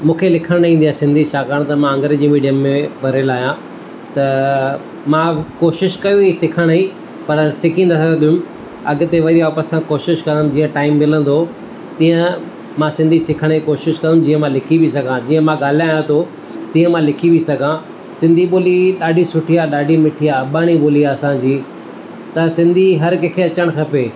मूंखे लिखणु न ईंदी आहे सिंधी छाकाणि त मां अंग्रेज़ी मिडियम में पढ़ियल आहियां त मां कोशिशि कई हुई सिखण जी पर सिखी न सघियमि अॻिते वरी वापसि सां कोशिशि करणु जीअं टाइम मिलंदो तीअं मां सिंधी सिखण जी कोशिशि कंदमि जीअं मां लिखी बि सघां जीअं मां ॻाल्हायां थो तीअं मां लिखी बि सघां सिंधी ॿोली ॾाढी सुठी आहे ॾाढी मिठी आहे अबाणी ॿोली आहे असां जी त सिंधी हर कंहिं खे अचणु खपे